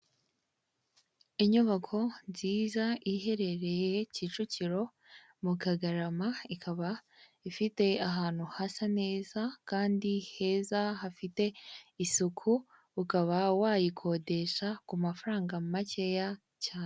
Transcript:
Inyubako nziza iherereye Kicukiro mu Kagarama, ikaba ifite ahantu hasa neza kandi heza hafite isuku, ukaba wayikodesha ku mafaranga makeya cyane.